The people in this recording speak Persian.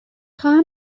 خواهم